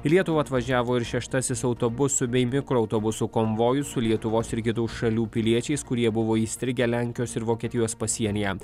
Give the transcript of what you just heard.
į lietuvą atvažiavo ir šeštasis autobusų bei mikroautobusų konvojus su lietuvos ir kitų šalių piliečiais kurie buvo įstrigę lenkijos ir vokietijos pasienyje